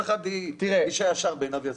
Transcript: איש הישר בעיניו יעשה.